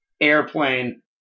Airplane